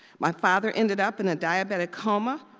my father ended up in a diabetic coma,